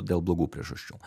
dėl blogų priežasčių